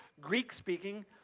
Greek-speaking